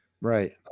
right